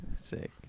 Sick